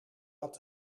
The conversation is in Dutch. had